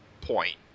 point